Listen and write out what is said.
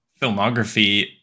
filmography